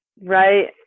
right